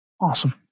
Awesome